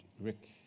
Rick